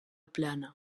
plana